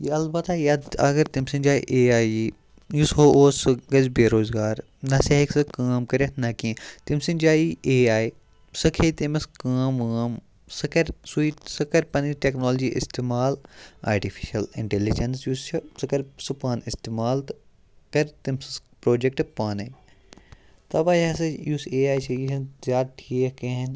اَلبَتہ اگر تٔمۍ سٕنٛدِ جایہِ اے آے یی یُس ہہُ اوس سُہ گَژھِ بے روزگار نَسہَ ہیٚکہِ سُہ کٲم کٔرِتھ نہَ کینٛہہ تٔمۍ سٕنٛدِ جایہِ یی اے آے سۄ کھیٚیہِ تٔمِس کٲم وٲم سۄ کَرِ سۄے سۄ کَرِ پَنٕنۍ ٹیٚکنالجی اِستعمال آٹِفِشَل اِنٛٹیٚلِجَنس یُس چھ سُہ کَرِ سُہ پانہٕ اِستعمال تہٕ کَرِ تٔمۍ سٕنٛز پروجَکٹہ پانے تَوَے ہَسا یُس اے آے چھِ یہِ چھُنہٕ زیادٕ ٹھیٖک کِہِیٖنۍ